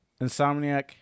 insomniac